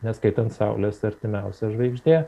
neskaitant saulės artimiausia žvaigždė